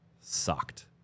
sucked